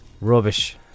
rubbish